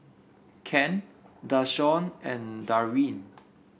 Ken Dashawn and Darryn